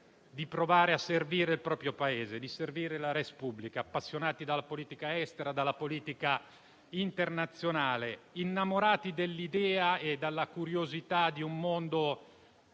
di provare a servire il proprio Paese, la *res publica*, appassionati dalla politica estera e internazionale, innamorati dell'idea e della curiosità di un mondo